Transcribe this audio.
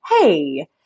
Hey